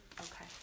Okay